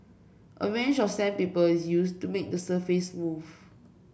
a range of sandpaper is use to make the surface smooth